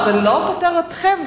זה לא פוטר אתכם,